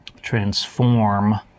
Transform